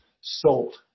sold